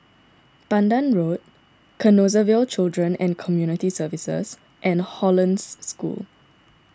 Pandan Road Canossaville Children and Community Services and Hollandse School